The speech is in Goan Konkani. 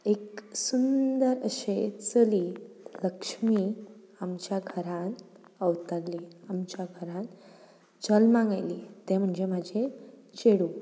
एक सुंदर अशें चली लक्ष्मी आमच्या घरांत अवतरली आमच्या घरांत जल्मांक आयली तें म्हणजे म्हाजें चेडूं